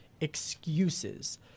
Excuses